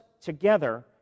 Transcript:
together